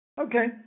Okay